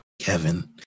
Kevin